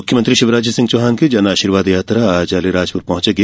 मुख्यमंत्री शिवराज सिंह चौहान की जनआशीर्वाद यात्रा आज अलीराजपुर पहुॅ चेगी